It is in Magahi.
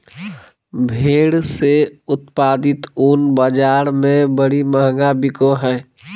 भेड़ से उत्पादित ऊन बाज़ार में बड़ी महंगा बिको हइ